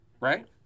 right